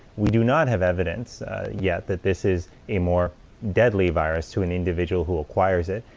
we do not have evidence yet that this is a more deadly virus to an individual who acquires it.